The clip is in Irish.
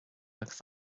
agus